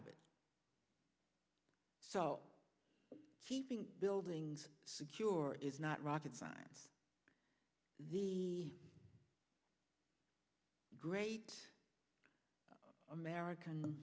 of it so cheeping buildings secure is not rocket science the great american